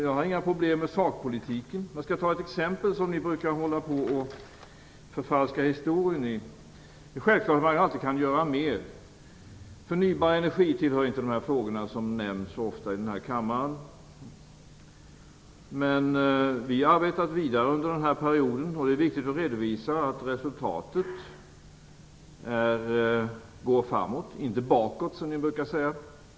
Jag har inga problem med sakpolitiken. Jag skall ta ett exempel som ni brukar hålla på och förfalska historien i. Det är självklart att man alltid kan göra mer. Förnybar energi tillhör inte de frågor som nämns så ofta här i kammaren, men vi har arbetat vidare under den gångna perioden, och det är viktigt att redovisa att resultatet är att det gått framåt 1991-1994, inte bakåt som ni brukar säga.